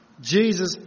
Jesus